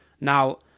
Now